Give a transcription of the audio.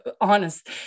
honest